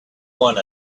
one